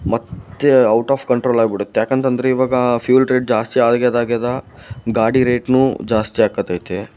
ಮತ್ತೆ out of ಕಂಟ್ರೋಲಾಗ್ಬಿಡತ್ತೆ ಏಕಂತಂದ್ರೆ ಇವಾಗ ಫ್ಯೂಲ್ ರೇಟ್ ಜಾಸ್ತಿ ಆಗಿದೆ ಆಗಿದೆ ಗಾಡಿ ರೇಟ್ ಜಾಸ್ತಿ ಆಗತೈತೆ